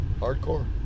hardcore